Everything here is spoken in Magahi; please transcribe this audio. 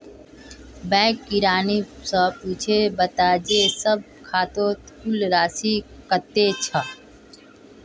बैंक किरानी स पूछे बता जे सब खातौत कुल राशि कत्ते छ